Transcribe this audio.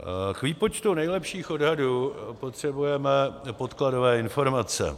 K výpočtu nejlepších odhadů potřebujeme podkladové informace.